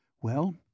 Well